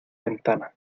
ventana